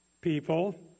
people